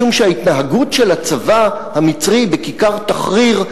משום שההתנהגות של הצבא המצרי בכיכר תחריר,